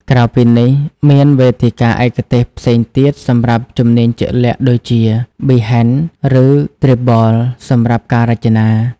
ក្រៅពីនេះ មានវេទិកាឯកទេសផ្សេងទៀតសម្រាប់ជំនាញជាក់លាក់ដូចជា Behance ឬ Dribbble សម្រាប់ការរចនា។